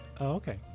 okay